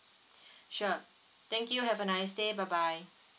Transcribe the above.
sure thank you have a nice day bye bye